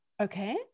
Okay